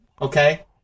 Okay